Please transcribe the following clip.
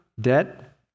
debt